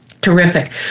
terrific